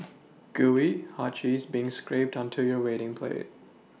Gooey hot cheese being scrapped onto your waiting plate